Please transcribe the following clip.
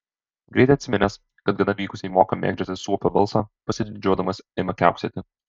greit atsiminęs kad gana vykusiai moka mėgdžioti suopio balsą pasididžiuodamas ima kiauksėti